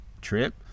trip